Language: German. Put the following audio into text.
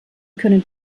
können